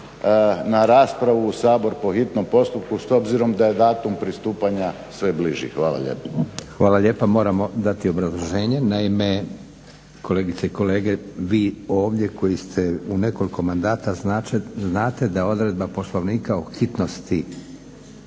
na raspravu u Sabor po hitnom postupku s obzirom da je datum pristupanja sve bliži. Hvala lijepo. **Leko, Josip (SDP)** Hvala lijepo. Moramo dati obrazloženje, naime kolegice i kolege vi ovdje koji ste u nekoliko mandata znate da odredba Poslovnika o hitnosti